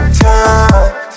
time